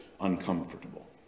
uncomfortable